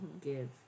give